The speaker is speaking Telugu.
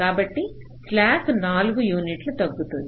కాబట్టి స్లాక్ 4 యూనిట్ల తగ్గుతుంది